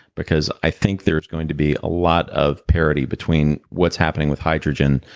because i think there's going to be a lot of parity between what's happening with hydrogen,